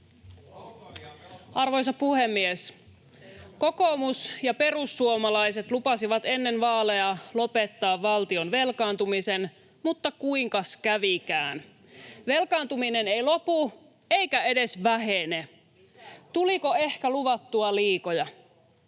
Arvoisa puhemies! Kokoomus ja perussuomalaiset lupasivat ennen vaaleja lopettaa valtion velkaantumisen, mutta kuinkas kävikään? Velkaantuminen ei lopu eikä edes vähene. Tuliko ehkä luvattua liikoja?